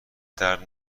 درد